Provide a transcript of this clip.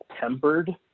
tempered